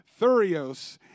thurios